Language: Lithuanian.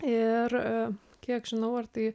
ir kiek žinau ar tai